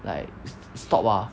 like st~ stop ah